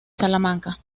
salamanca